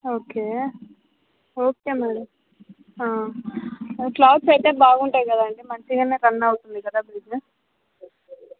okay okay madam clothes అయితే బాగుంటాయి కదా అండి మంచిగానే రన్ అవుతుందా బిసినెస్